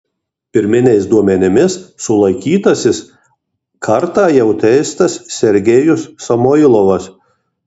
pirminiais duomenimis sulaikytasis kartą jau teistas sergejus samoilovas